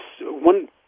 one